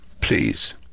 please